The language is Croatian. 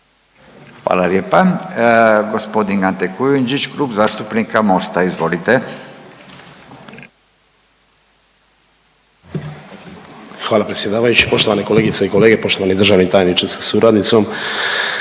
Hvala lijepa. Gospodin Ante Kujundžić, Klub zastupnika Mosta, izvolite. **Kujundžić, Ante (MOST)** Hvala predsjedavajući. Poštovane kolegice i kolege, poštovani državni tajniče sa suradnicom.